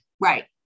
Right